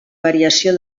variació